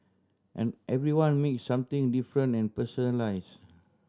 and everyone make something different and personalise